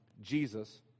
Jesus